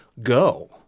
Go